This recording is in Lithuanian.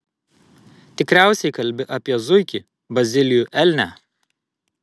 tikriausiai kalbi apie zuikį bazilijų elnią